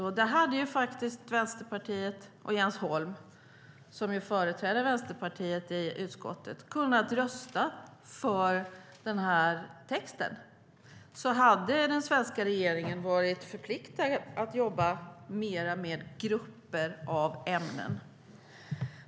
Den här texten hade faktisk Vänsterpartiet och Jens Holm, som ju företräder Vänsterpartiet i utskottet, kunnat rösta för. Då hade den svenska regeringen varit förpliktad att jobba mer med grupper av ämnen.